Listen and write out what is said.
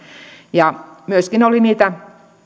myöskin oli niitä